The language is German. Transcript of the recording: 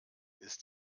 ist